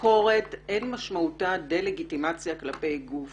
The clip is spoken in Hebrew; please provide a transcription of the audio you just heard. ביקורת אין משמעותה דה-לגיטימציה כלפי גוף